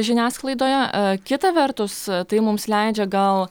žiniasklaidoje a kita vertus tai mums leidžia gal